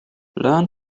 learn